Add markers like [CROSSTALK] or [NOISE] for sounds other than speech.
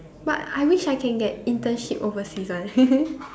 but I wish I can get internship overseas one [LAUGHS]